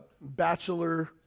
bachelor